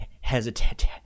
hesitant